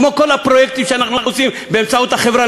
כמו כל הפרויקטים שאנחנו עושים באמצעות החברה